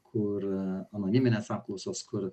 kur anoniminės apklausos kur